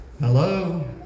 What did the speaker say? Hello